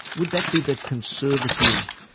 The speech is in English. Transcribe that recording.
would that be the conservative,